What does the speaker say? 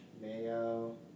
mayo